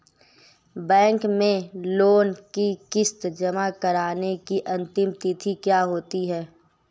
Bank में loan की किश्त जमा कराने की अंतिम तिथि क्या है?